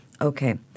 Okay